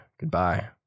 Goodbye